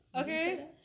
okay